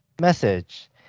Message